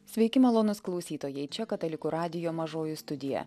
sveiki malonūs klausytojai čia katalikų radijo mažoji studija